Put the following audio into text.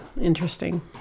interesting